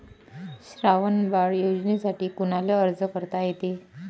श्रावण बाळ योजनेसाठी कुनाले अर्ज करता येते?